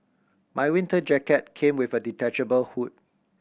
my winter jacket came with a detachable hood